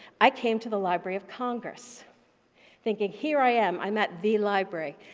i came to the library of congress thinking here i am. i'm at the library,